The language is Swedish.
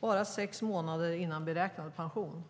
bara sex månader före beräknad pension.